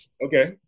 Okay